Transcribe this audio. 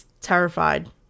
terrified